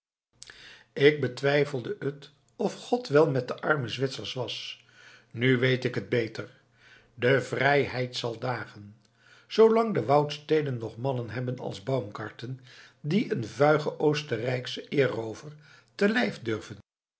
ik betwijfelde het of god wel met de arme zwitsers was nu weet ik het beter de vrijheid zal dagen zoolang de woudsteden nog mannen hebben als baumgarten die een vuigen oostenrijkschen eerroover te lijf durven